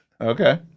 okay